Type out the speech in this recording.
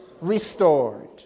restored